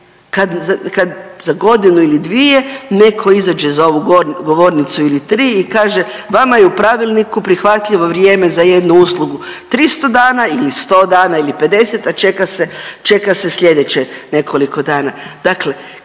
kad za godinu ili dvije neko izađe za ovu govornicu ili tri i kaže vama je u pravilniku prihvatljivo jedno vrijeme za uslugu 300 dana ili 100 dana ili 50, a čeka se sljedeće nekoliko dana.